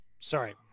Sorry